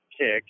pick